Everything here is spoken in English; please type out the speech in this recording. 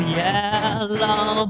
yellow